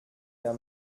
der